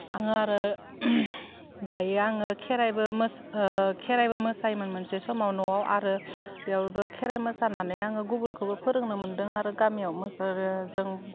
आङो आरो दायो आङो खेराइबो खेराइबो मोसायोमोन मोनसे समाव न'आव आरो बेयावबो खेराइ मोसानानै आङो गुबुनखौबो फोरोंनो मोन्दों आरो गामियाव जों